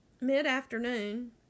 mid-afternoon